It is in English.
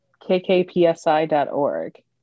kkpsi.org